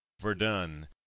verdun